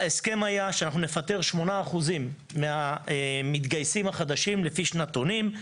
ההסכם היה שאנחנו נפטר 8% מהמתגייסים החדשים לפי שנתונים,